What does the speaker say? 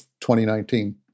2019